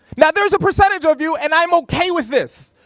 now, there's a percentage of you, and i'm okay with this,